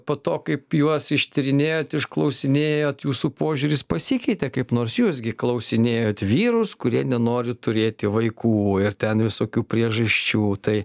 po to kaip juos ištyrinėjot išklausinėjot jūsų požiūris pasikeitė kaip nors jūs gi klausinėjot vyrus kurie nenori turėti vaikų ir ten visokių priežasčių tai